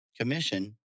commission